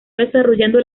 desarrollando